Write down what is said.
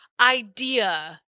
idea